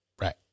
right